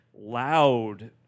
loud